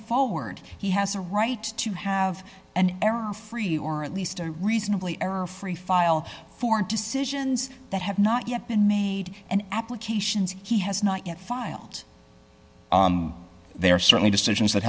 forward he has a right to have an error free or at least reasonably error free file for decisions that have not yet been made and applications he has not yet filed there are certainly decisions that